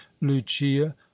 lucia